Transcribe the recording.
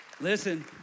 listen